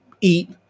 eat